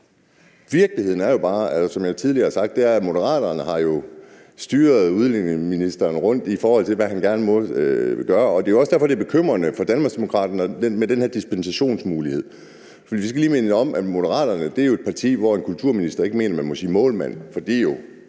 tidligere har sagt, at Moderaterne har styret udlændingeministeren rundt, i forhold til hvad han gerne må gøre, og det er jo også derfor, det er bekymrende for Danmarksdemokraterne med den her dispensationsmulighed. For vi skal lige minde om, at Moderaterne jo er et parti, hvor en kulturminister ikke mener, at man må sige »målmand«,